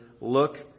look